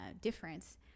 difference